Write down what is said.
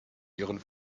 ihren